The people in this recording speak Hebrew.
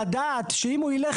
ולדעת שאם הוא ילך,